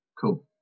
cool